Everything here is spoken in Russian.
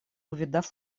увидав